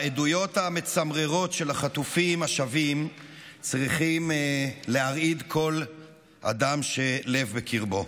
העדויות המצמררות של החטופים השבים צריכות להרעיד כל אדם שלב בקרבו.